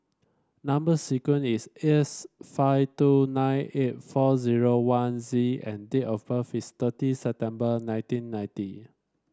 number sequence is S five two nine eight four zero one Z and date of birth is thirty September nineteen ninety